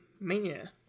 mania